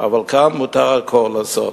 אבל כאן מותר הכול לעשות,